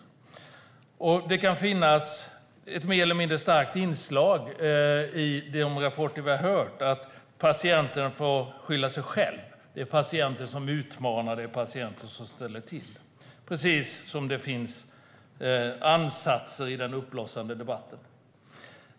I de rapporter som vi har sett kan det finnas ett mer eller mindre starkt inslag av att patienten får skylla sig själv - det är patienten som utmanar, patienten som ställer till, precis som det finns ansatser i den uppblossade debatten.